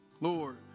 Lord